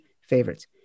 favorites